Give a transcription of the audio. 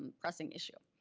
um pressing issue.